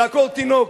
לעקור תינוק?